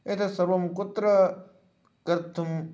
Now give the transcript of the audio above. एतत् सर्वं कुत्र कर्तुं